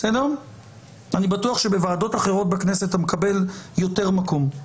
אני בטוח שבוועדות אחרות בכנסת אתה מקבל יותר מקום.